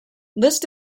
list